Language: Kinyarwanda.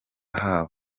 habo